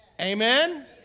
Amen